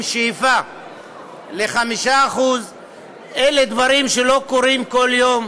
עם שאיפה ל-5% אלה דברים שלא קורים כל יום.